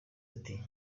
ati